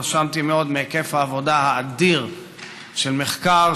התרשמתי מאוד מהיקף העבודה האדיר של מחקר,